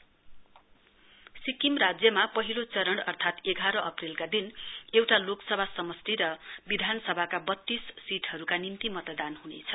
election इस्टेड सिक्किम राज्यमा पहिलो चरण अर्था एघार अप्रेलका दिन एउटा लोकसभा समष्टि र विधानसभाका वत्तीस सीटहरूका निम्ति मतदान हुनेछ